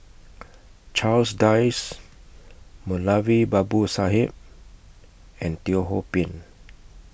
Charles Dyce Moulavi Babu Sahib and Teo Ho Pin